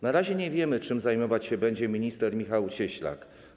Na razie nie wiemy, czym zajmować się będzie minister Michał Cieślak.